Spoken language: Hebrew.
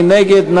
מי נגד?